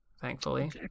thankfully